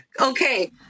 Okay